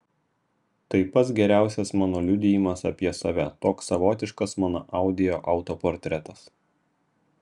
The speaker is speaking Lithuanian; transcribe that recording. tai pats geriausias mano liudijimas apie save toks savotiškas mano audio autoportretas